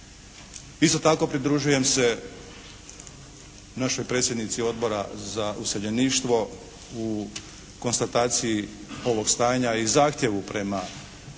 Isto tako pridružujem se našoj predsjednici Odbora za useljeništvo u konstataciji ovog stanja i zahtjevu prema pučkom